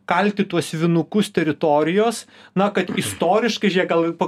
kalti tuos vinukus teritorijos na kad istoriškai žiūrėk gal po